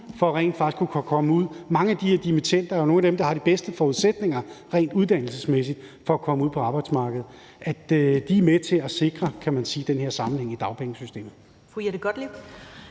for rent faktisk at kunne komme ud og arbejde er gode. Mange af de her dimittender, er jo nogle af dem, der har de bedste forudsætninger rent uddannelsesmæssigt for at komme ud på arbejdsmarkedet. De er med til at sikre, kan man sige, den her sammenhæng i dagpengesystemet.